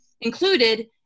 included